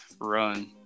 run